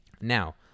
Now